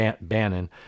Bannon